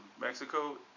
Mexico